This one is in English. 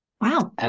Wow